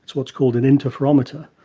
is what is called an interferometer.